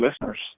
listeners